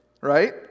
right